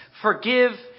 forgive